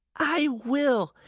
i will,